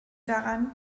daran